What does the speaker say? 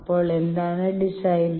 അപ്പോൾ എന്താണ് ഡിസൈൻ